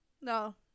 No